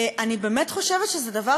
אני באמת חושבת שזה דבר,